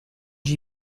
j’y